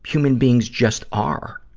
human beings just are